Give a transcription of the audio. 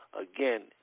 again